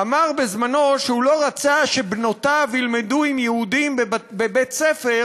אמר בזמנו שהוא לא רצה שבנותיו ילמדו עם יהודים בבית-ספר,